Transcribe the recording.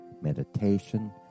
meditation